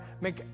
make